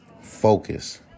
Focus